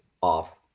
off